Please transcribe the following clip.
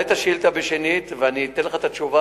את השאילתא שנית ואני אתן לך את התשובה,